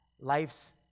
life's